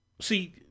See